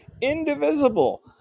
indivisible